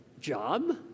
job